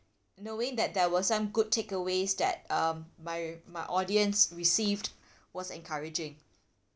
knowing that there were some good takeaways that um my my audience received was encouraging